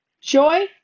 joy